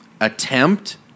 attempt